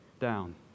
down